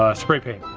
ah spray paint.